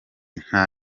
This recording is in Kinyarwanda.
nta